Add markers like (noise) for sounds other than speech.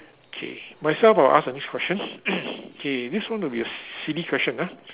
okay myself I will ask the next question (noise) okay this one will be a silly question ah